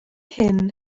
hyn